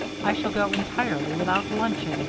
i shall go entirely without luncheon